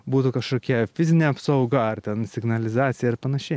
būtų kažkokia fizinė apsauga ar ten signalizacija ir panašiai